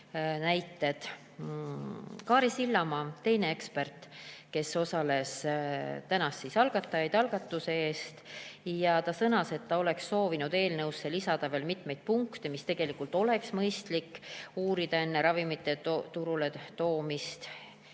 näiteid. Kaari [Saarma], teine ekspert, kes osales, tänas algatajaid algatuse eest ja sõnas, et ta oleks soovinud eelnõusse lisada veel mitmeid punkte, mida tegelikult oleks mõistlik uurida enne ravimite turule toomist.